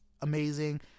amazing